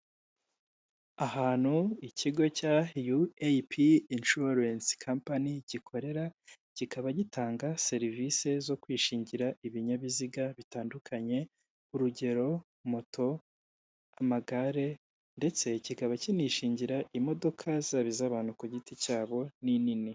Ahantu ikigo cya UAP inshuwarensi kamponyi gikorera kikaba gitanga serivise zo kwishingira ibinyabiziga ibinyabiziga bitandukanye urugero moto, amagare ndetse kikaba kinishingira imodoka zaba iz'abantu kugiti cyabo n'inini.